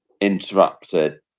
interrupted